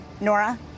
Nora